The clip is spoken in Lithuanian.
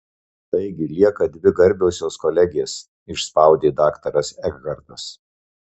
taigi lieka dvi garbiosios kolegės išspaudė daktaras ekhartas